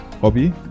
hobby